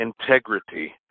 integrity